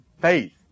faith